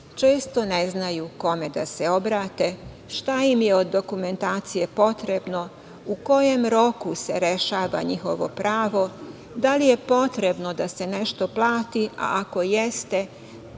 često ne znaju kome da se obrate, šta im je od dokumentacije potrebno, u kojem se roku rešava njihovo pravo, da li je potrebno da se nešto plati, a ako jeste